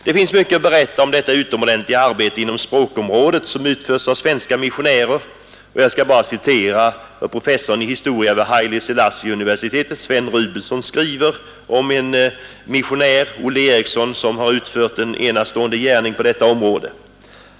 Det finns mycket att berätta om det utomordentliga arbete inom språkområdet som utförts av svenska missionärer. Jag skall här bara citera vad professorn i historia vid Haile Selassieuniversitetet, Sven Rubensson, skriver om missionären Olle Eriksson, som har utfört en enastående gärning på detta område.